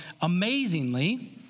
amazingly